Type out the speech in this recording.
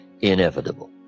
inevitable